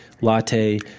latte